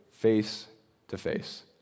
face-to-face